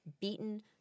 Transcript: beaten